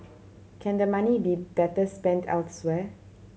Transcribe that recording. can the money be better spent elsewhere